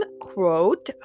quote